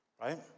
right